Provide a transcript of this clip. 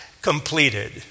completed